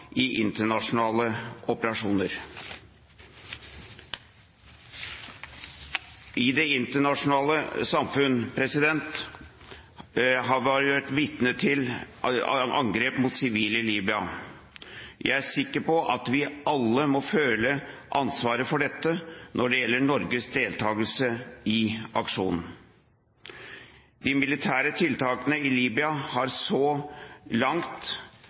i internasjonale operasjoner. I det internasjonale samfunnet har vi vært vitne til angrep mot sivile i Libya. Jeg er sikker på at vi alle nå føler ansvar for dette når det gjelder Norges deltakelse i aksjonen. De militære tiltakene i Libya har så langt